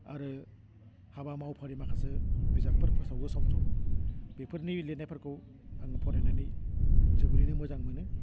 आरो हाबा मावफारि माखासे बिजाबफोर फोसावो सम सम बिफोरनि लिरनायफोरखौ आं फरायनानै जोबोरैनो मोजां मोनो